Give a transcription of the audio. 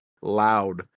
loud